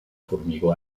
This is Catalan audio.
formigó